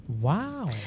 Wow